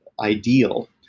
ideal